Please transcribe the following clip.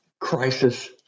crisis